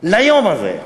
ליום הזה,